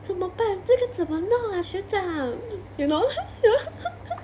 怎么办这个怎么弄啊学长 you know